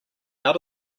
out